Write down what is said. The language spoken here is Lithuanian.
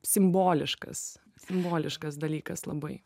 simboliškas simboliškas dalykas labai